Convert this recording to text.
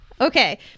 Okay